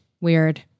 Weird